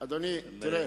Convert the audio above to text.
אדוני, תראה,